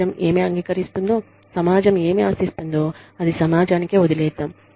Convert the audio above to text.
సమాజం ఏమి అంగీకరిస్తుందో సమాజం ఏమి ఆశిస్తుందో అది సమాజానికే వదిలేద్దాం